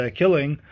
killing